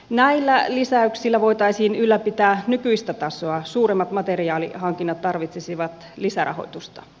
näillä lisäyksillä voitaisiin ylläpitää nykyistä tasoa suuremmat materiaalihankinnat tarvitsisivat lisärahoitusta